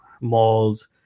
malls